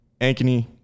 Ankeny